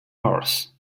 mars